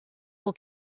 will